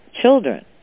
children